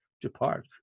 depart